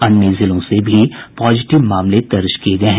अन्य जिलों से भी पॉजिटिव मामले दर्ज किये गये हैं